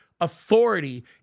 authority